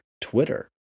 Twitter